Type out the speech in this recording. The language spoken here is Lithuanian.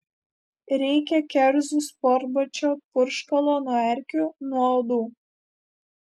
reikia kerzų sportbačių purškalo nuo erkių nuo uodų